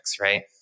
right